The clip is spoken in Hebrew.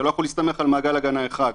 אתה לא יכול להסתמך על מעגל הגנה אחד.